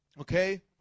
okay